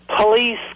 police